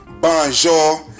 Bonjour